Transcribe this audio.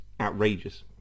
outrageous